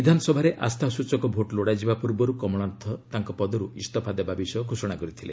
ବିଧାନସଭାରେ ଆସ୍ଥା ସୂଚକ ଭୋଟ ଲୋଡ଼ାଯିବା ପୂର୍ବରୁ କମଳନାଥ ତାଙ୍କ ପଦରୁ ଇସଫା ଦେବା ବିଷୟ ଘୋଷଣା କରିଥିଲେ